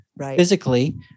physically